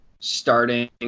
starting